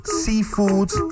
seafoods